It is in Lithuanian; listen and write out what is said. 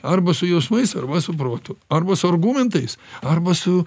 arba su jausmais arba su protu arba su argumentais arba su